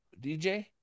DJ